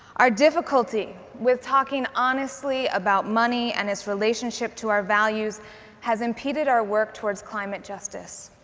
our difficulty with talking honestly about money and its relationship to our values has ill beaded our work toward climate justice.